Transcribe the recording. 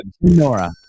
Nora